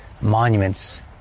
monuments